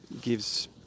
gives